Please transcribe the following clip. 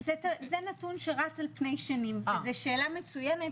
זה נתון שרץ על פני שנים וזו שאלה מצוינת